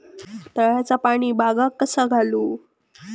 तळ्याचा पाणी बागाक कसा घालू?